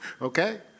Okay